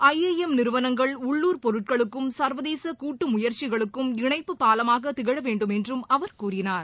ஐ IIM நிறுவனங்கள் உள்ளூர் பொருட்களுக்கும் சா்வதேசகூட்டுமுயற்சிகளுக்கும் இணைப்பு பாலமாகதிகழவேண்டுமென்றும் அவர் கூறினார்